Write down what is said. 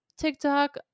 TikTok